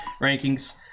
rankings